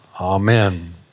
Amen